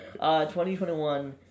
2021